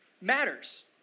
matters